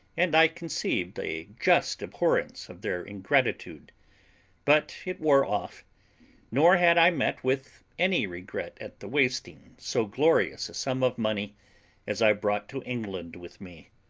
and i conceived a just abhorrence of their ingratitude but it wore off nor had i met with any regret at the wasting so glorious a sum of money as i brought to england with me.